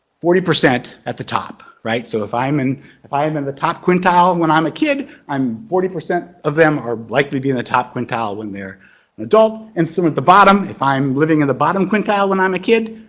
forty percent at the top, right? so if i'm and if i'm in the top quintile and when i'm a kid i'm. forty percent of them are likely to be in the top quintile when they're and adult. and so at the bottom. if i'm living in the bottom quintile and i'm a kid,